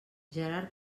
gerard